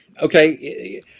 Okay